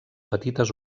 petites